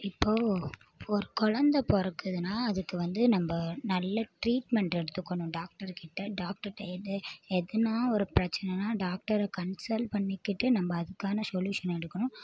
இப்போது ஒரு குழந்த பிறக்குதுனா அதுக்குவந்து நம்ம நல்ல ட்ரீட்மெண்ட் எடுத்துக்கணும் டாக்டர்கிட்டே டாக்டர்கிட்ட எது எதுனால் ஒரு பிரச்சினைன்னா டாக்டரை கான்சல் பண்ணிக்கிட்டு நம்ம அதுக்கான சொல்யூஷன் எடுக்கணும்